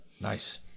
Nice